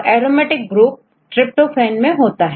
aromatic group tryptophane मैं होता है